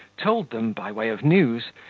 told them, by way of news,